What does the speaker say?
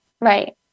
Right